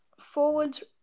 Forwards